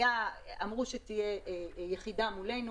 אמרו שתהיה יחידה מולנו